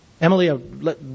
Emily